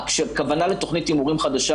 כשהכוונה לתכנית הימורים חדשה,